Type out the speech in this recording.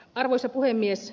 arvoisa puhemies